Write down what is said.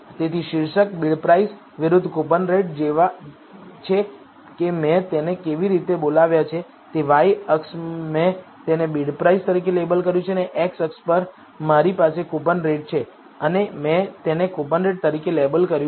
તેથી શીર્ષક બિડપ્રાઇસ વિરુદ્ધ કૂપનરેટ જેવા છે કે મેં તેને કેવી રીતે બોલાવ્યા છે તે y અક્ષ મેં તેને બિડપ્રાઇસ તરીકે લેબલ કર્યું છે અને x અક્ષ પર મારી પાસે કૂપનરેટ છે અને મેં તેને કૂપનરેટ તરીકે લેબલ કર્યું છે